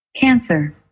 Cancer